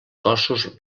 cossos